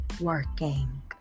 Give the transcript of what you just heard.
working